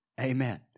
Amen